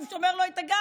הוא שומר לו את הגב.